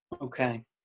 okay